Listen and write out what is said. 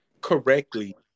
correctly